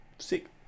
sick